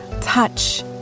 touch